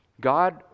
God